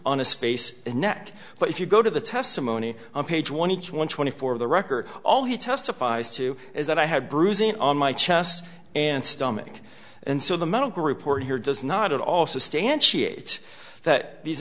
on a space neck but if you go to the testimony on page one each one twenty four of the record all he testifies to is that i had bruising on my chest and stomach and so the medical report here does not at all substantiate that these